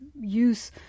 use